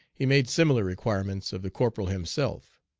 he made similar requirements of the corporal himself.